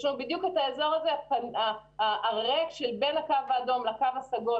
האזור הזה הריק בין הקו האדום לקו הסגול,